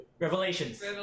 Revelations